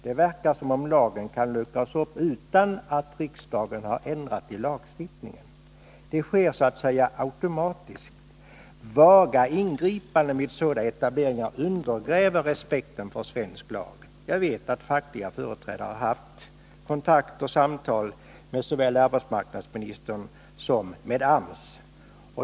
Det verkar som om lagen kan luckras upp utan att riksdagen har ändrat lagstiftningen. Det sker så att säga automatiskt. Vaga ingripanden vid sådana etableringar undergräver respekten för svensk lag. Jag vet att fackliga företrädare har haft kontakt och samtal med såväl arbetsmarknadsministern som AMS.